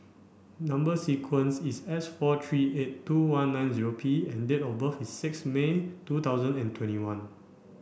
number sequence is S four three eight two one nine P and date of birth is six May two thousand and twenty one